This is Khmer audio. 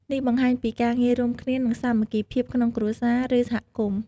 នេះបង្ហាញពីការងាររួមគ្នា និងសាមគ្គីភាពក្នុងគ្រួសារ ឬសហគមន៍។